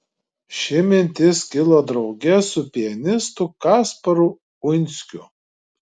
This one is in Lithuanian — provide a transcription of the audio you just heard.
ši mintis kilo drauge su pianistu kasparu uinsku